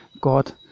God